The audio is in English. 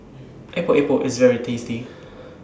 Epok Epok IS very tasty